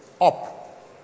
up